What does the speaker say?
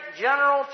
general